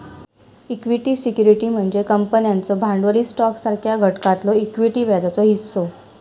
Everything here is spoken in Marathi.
इक्विटी सिक्युरिटी म्हणजे कंपन्यांचो भांडवली स्टॉकसारख्या घटकातलो इक्विटी व्याजाचो हिस्सो